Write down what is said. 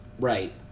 Right